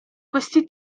questi